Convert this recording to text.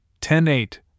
ten-eight